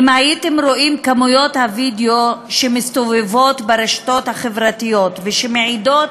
אם הייתם רואים כמויות הווידיאו שמסתובבות ברשתות החברתיות ומעידות